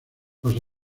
los